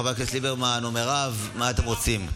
חבר הכנסת ליברמן, מירב, מה אתם רוצים?